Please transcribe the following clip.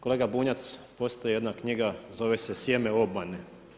Kolega Bunjac, postoji jedna knjiga, zove se sjeme obmane.